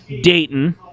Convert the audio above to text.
Dayton